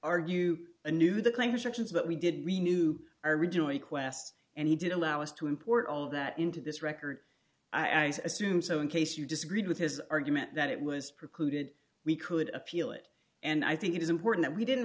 argue a new the claim or sections that we did we knew originally quests and he did allow us to import all that into this record i assume so in case you disagreed with his argument that it was precluded we could appeal it and i think it is important that we didn't